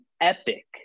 epic